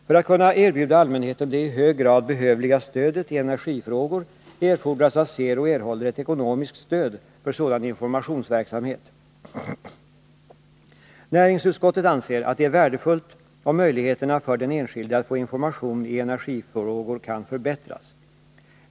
För att kunna erbjuda allmänheten det i hög grad behövliga stödet i energifrågor erfordras att SERO får ett ekonomiskt stöd för en sådan informationsverksamhet. Näringsutskottet anser att det är värdefullt om möjligheterna för den enskilde att få information i energifrågor kan förbättras.